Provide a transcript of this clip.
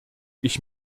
ich